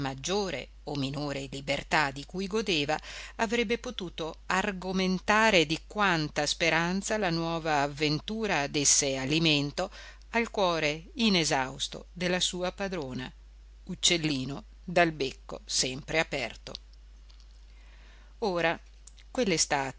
maggiore o minore libertà di cui godeva avrebbe potuto argomentare di quanta speranza la nuova avventura desse alimento al cuore inesausto della sua padrona uccellino dal becco sempre aperto ora quell'estate